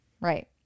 Right